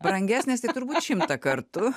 brangesnės ir turbūt šimtą kartų